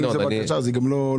אתה לא מבקש.